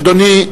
אדוני,